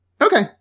Okay